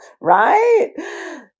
right